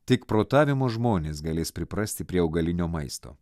tik protavimo žmonės galės priprasti prie augalinio maisto